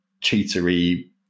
cheatery